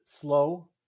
slow